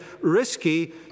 risky